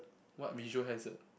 what visual hazard